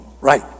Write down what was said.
Right